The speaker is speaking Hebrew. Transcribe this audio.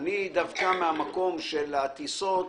אני דווקא מהמקום של הטיסות